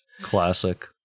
Classic